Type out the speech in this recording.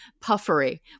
puffery